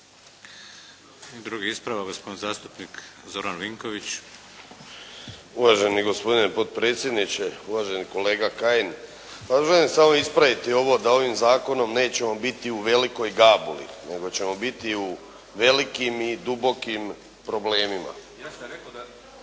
Drugi ispravak gospodin zastupnik Zoran Vinković. **Vinković, Zoran (SDP)** Uvaženi gospodine potpredsjedniče, uvaženi kolega Kajin. Pa želim samo ispraviti ovo da ovim zakonom nećemo biti u velikoj gabuli nego ćemo biti u velikim i dubokim problemima. … /Upadica: Ja